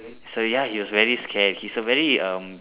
so ya he was very scared he's a very um